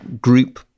group